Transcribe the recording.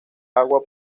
agua